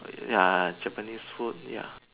ya Japanese food ya